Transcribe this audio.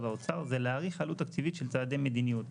האוצר זה להעריך עלות תקציבית של צעדי מדיניות,